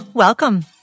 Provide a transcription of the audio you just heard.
Welcome